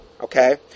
Okay